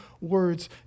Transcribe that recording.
words